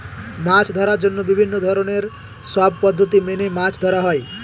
মাছ ধরার জন্য বিভিন্ন ধরনের সব পদ্ধতি মেনে মাছ ধরা হয়